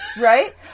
Right